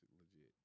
legit